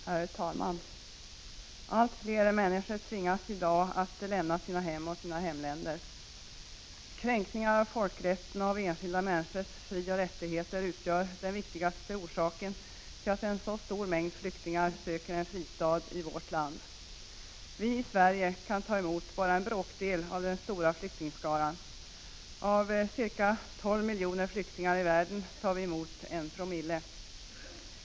Herr talman! Allt fler människor tvingas i dag att lämna sina hem och sina hemländer. Kränkningar av folkrätten och av enskilda människors frioch rättigheter utgör den viktigaste orsaken till att en så stor mängd flyktingar söker en fristad i vårt land. I Sverige kan vi ta emot bara en bråkdel av den stora flyktingskaran. Av ca 12 miljoner flyktingar i världen tar vi emot 1 Ko.